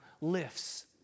lifts